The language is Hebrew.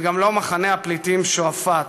גם לא מחנה הפליטים שועפאט.